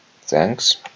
thanks